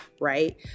right